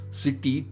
city